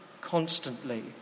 constantly